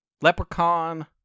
Leprechaun